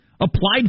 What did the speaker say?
Applied